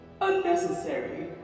unnecessary